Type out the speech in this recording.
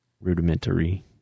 rudimentary